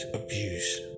abuse